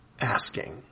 asking